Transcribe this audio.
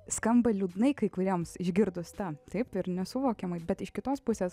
skamba liūdnai kai kuriems išgirdus tą taip ir nesuvokiamai bet iš kitos pusės